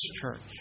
church